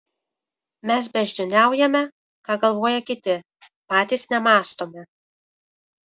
mes beždžioniaujame ką galvoja kiti patys nemąstome